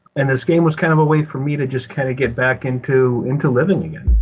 and this game was kind of a way for me to just kind of get back into into living again.